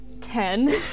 Ten